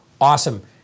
awesome